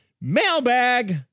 Mailbag